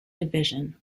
division